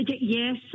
Yes